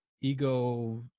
ego